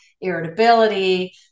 irritability